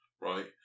right